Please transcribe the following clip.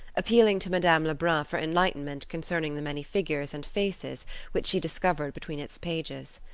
appealing to madame lebrun for enlightenment concerning the many figures and faces which she discovered between its pages.